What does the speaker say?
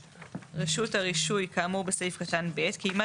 רשות הרישוי כאמור בסעיף קטן (ב) קיימה